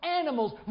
animals